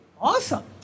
awesome